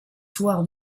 soirs